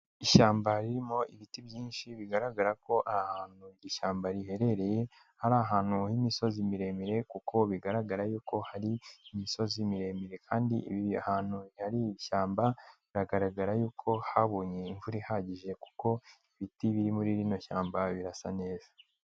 Ishyamba ririmo ibiti byinshi bigaragara ko ahantu iri shyamba riherereye, hari ahantu h'imisozi miremire kuko bigaragara y'uko hari imisozi miremire kandi ibi ahantu hari ishyamba biragaragara y'uko habonye imvura ihagije kuko ibiti biri muri riryo shyamba birasa neza.